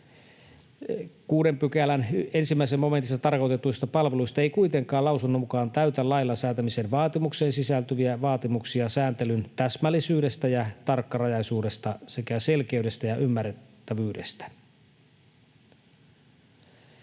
Sääntely 6 §:n 1 momentissa tarkoitetuista palveluista ei kuitenkaan lausunnon mukaan täytä lailla säätämisen vaatimukseen sisältyviä vaatimuksia sääntelyn täsmällisyydestä ja tarkkarajaisuudesta sekä selkeydestä ja ymmärrettävyydestä.